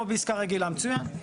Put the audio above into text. כמו בעסקה רגילה, מצוין.